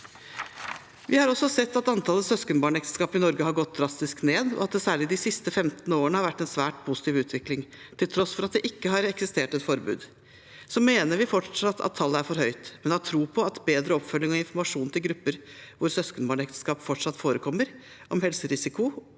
Vi har også sett at antallet søskenbarnekteskap i Norge har gått drastisk ned, og at det særlig de siste 15 årene har vært en svært positiv utvikling, til tross for at det ikke har eksistert et forbud. Vi mener tallet fortsatt er for høyt, men har tro på at bedre oppfølging og informasjon om helserisiko for eventuelle barn til grupper hvor søskenbarnekteskap fortsatt forekommer, samt